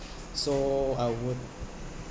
so I would